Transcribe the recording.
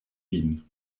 vin